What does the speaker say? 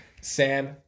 Sam